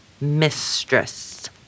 mistress